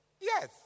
Yes